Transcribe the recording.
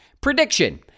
Prediction